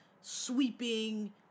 sweeping